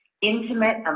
intimate